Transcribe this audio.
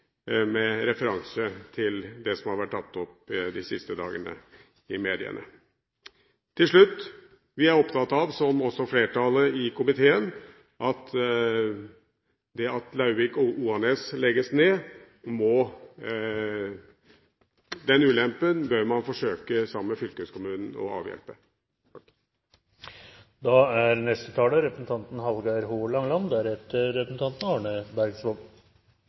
med referanse til det som har vært tatt opp de siste dagene i mediene. Til slutt: Vi er opptatt av – som også flertallet i komiteen – at ulempen ved at Lauvik–Oanes legges ned, bør man, sammen med fylkeskommunen, forsøke å avhjelpe.